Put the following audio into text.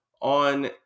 on